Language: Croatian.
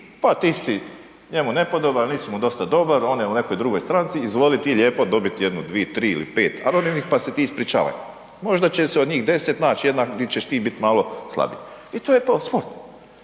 pa ti si njemu nepodoban, nisi mu dosta dobar, on je u nekoj drugoj stranci, izvoli ti lijepo dobit jednu, dvi, tri ili pet anonimnih, pa se ti ispričavaj, možda će se od njih 10 nać jedna di ćeš ti bit malo slabiji i to je to, sport